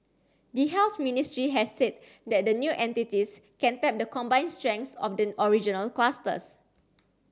the Health Ministry has said that the new entities can tap the combined strengths of the original clusters